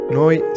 noi